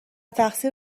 تقصیر